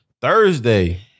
Thursday